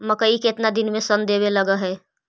मकइ केतना दिन में शन देने लग है?